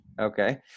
Okay